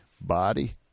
body